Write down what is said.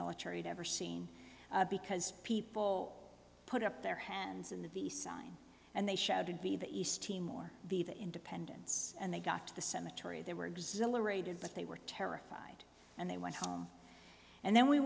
military ever seen because people put up their hands in the v sign and they shouted be the east timor the the independence and they got to the cemetery they were exhilarated but they were terrified and they went home and then we